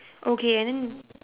okay and then